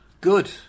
Good